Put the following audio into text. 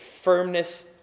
firmness